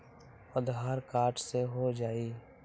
आधार card से हो जाइ?